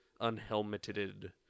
unhelmeted